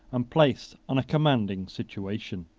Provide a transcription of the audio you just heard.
and placed on a commanding situation.